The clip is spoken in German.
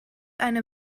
eine